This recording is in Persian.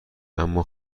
اما